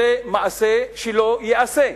מעשה שלא ייעשה.